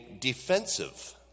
defensive